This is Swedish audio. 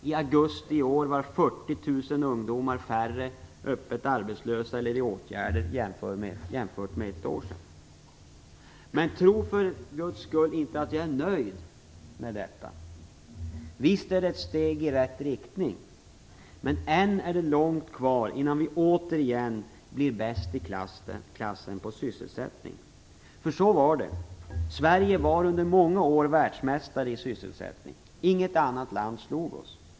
I augusti i år var 40 000 ungdomar färre öppet arbetslösa eller i åtgärder jämfört med för ett år sedan. Tro för Guds skull inte att jag är nöjd med detta. Visst är det ett steg i rätt riktning, men än är det långt kvar innan vi återigen blir bäst i klassen på sysselsättning. För så var det, Sverige var under många år världsmästare i sysselsättning. Inget annat land slog oss.